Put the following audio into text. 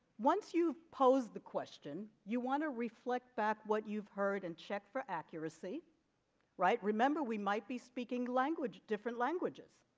once you pose the question you want to reflect back what you've heard and check for accuracy write remember we might be speaking language different languages